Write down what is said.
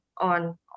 on